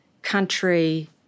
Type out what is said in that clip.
country